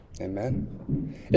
Amen